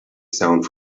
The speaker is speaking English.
sound